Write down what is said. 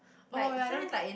oh ya I don't